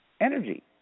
energy